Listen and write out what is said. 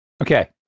Okay